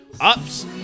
Ups